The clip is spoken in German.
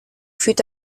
führt